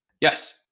Yes